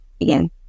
again